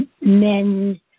men